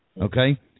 okay